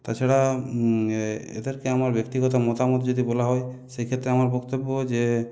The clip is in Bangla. তাছাড়া এদেরকে আমার ব্যক্তিগত মতামত যদি বলা হয় সেই ক্ষেত্রে আমার বক্তব্য যে